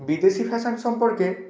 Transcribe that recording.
বিদেশি ফ্যাশন সম্পর্কে